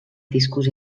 discos